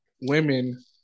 women